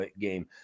game